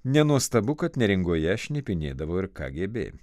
nenuostabu kad neringoje šnipinėdavo ir kgb